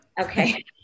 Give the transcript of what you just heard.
Okay